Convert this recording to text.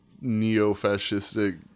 neo-fascistic